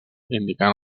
indicant